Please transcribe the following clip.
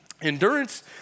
Endurance